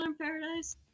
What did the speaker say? paradise